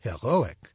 heroic